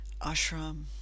ashram